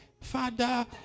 Father